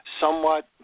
somewhat